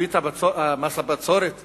להקפיא את מס הבצורת